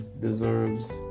deserves